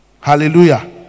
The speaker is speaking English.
hallelujah